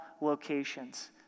locations